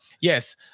yes